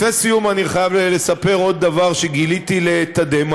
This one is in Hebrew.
לפני סיום אני חייב לספר עוד דבר שגיליתי לתדהמתי.